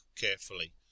carefully